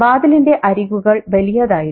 വാതിലിന്റെ അരികുകൾ വലിയതായിരുന്നു